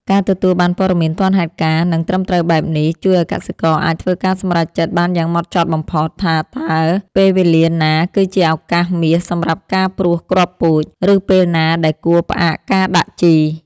ការទទួលបានព័ត៌មានទាន់ហេតុការណ៍ និងត្រឹមត្រូវបែបនេះ ជួយឱ្យកសិករអាចធ្វើការសម្រេចចិត្តបានយ៉ាងហ្មត់ចត់បំផុត ថាតើពេលវេលាណាគឺជាឱកាសមាសសម្រាប់ការព្រួសគ្រាប់ពូជ ឬពេលណាដែលគួរផ្អាកការដាក់ជី។